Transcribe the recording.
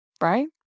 right